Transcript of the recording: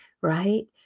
right